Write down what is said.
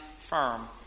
firm